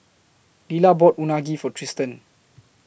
Lilah bought Unagi For Tristen